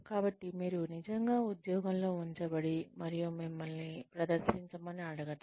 కాబట్టి మీరు నిజంగా ఉద్యోగంలో ఉంచబడి మరియు మిమ్మల్ని ప్రదర్శించమని అడగటం